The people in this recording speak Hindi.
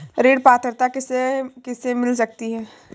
ऋण पात्रता किसे किसे मिल सकती है?